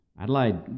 Adelaide